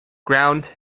ground